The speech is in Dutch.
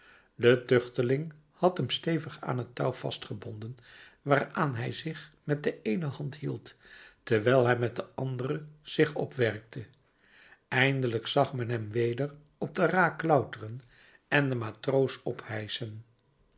de tuchteling had hem stevig aan het touw vastgebonden waaraan hij zich met de eene hand hield terwijl hij met de andere zich opwerkte eindelijk zag men hem weder op de ra klauteren en den matroos ophijschen